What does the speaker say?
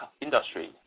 industry